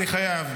אני חייב.